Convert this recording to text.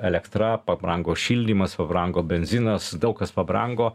elektra pabrango šildymas pabrango benzinas daug kas pabrango